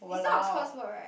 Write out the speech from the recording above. is not a curse word right